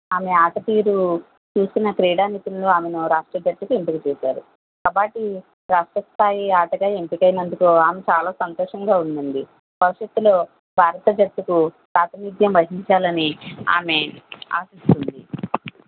ఆమె ఆట తీరు చూసిన క్రీడా నిపుణులు ఆమెను రాష్ట్ర జట్టుకి ఎంపిక చేశారు కబడ్డీ రాష్ట్ర స్థాయి ఆటగా ఎంపికైనందుకు ఆమె చాలా సంతోషంగా ఉంది భవిష్యత్తులో భారత జట్టుకు ప్రాతినిధ్యం వహించాలని ఆమెకి ఆసక్తి ఉంది